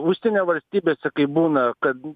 užsienio valstybėse kaip būna kad